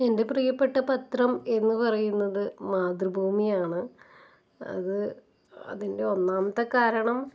എൻ്റെ പ്രിയപ്പെട്ട പത്രം എന്ന് പറയുന്നത് മാതൃഭൂമിയാണ് അത് അതിൻ്റെ ഒന്നാമത്തെ കാരണം